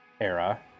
era